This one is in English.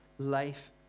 life